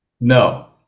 no